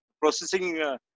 Processing